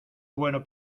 bueno